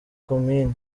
komini